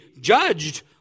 judged